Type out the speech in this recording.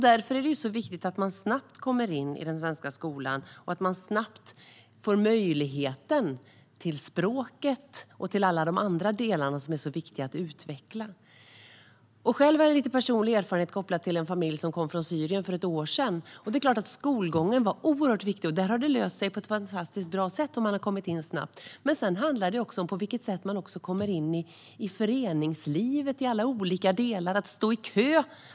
Därför är det viktigt att de snabbt kommer in i den svenska skolan och snabbt får möjlighet att utveckla språket och alla de andra delar som är viktiga. Själv har jag lite personlig erfarenhet kopplad till en familj som kom hit från Syrien för ett år sedan. Det är klart att skolgången var oerhört viktig, och det har löst sig på ett fantastiskt bra sätt. De har kommit in snabbt. Men sedan handlar det också om på vilket sätt man kommer in i föreningslivets olika delar.